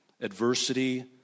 adversity